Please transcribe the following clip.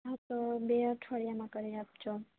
હા તો બે અઠવાડિયામાં કરી આપજો